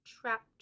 trapped